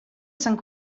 sant